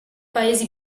paesi